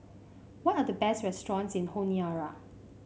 what are the best restaurants in Honiara